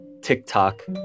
TikTok